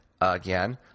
again